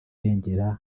irengera